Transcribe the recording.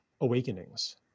awakenings